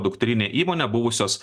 dukterinė įmonė buvusios